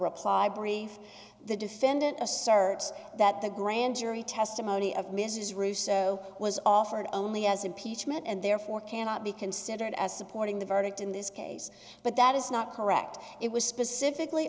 reply brief the defendant asserts that the grand jury testimony of mrs russo was offered only as impeachment and therefore cannot be considered as supporting the verdict in this case but that is not correct it was specifically